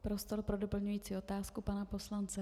Prostor pro doplňující otázku pana poslance.